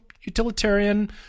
Utilitarian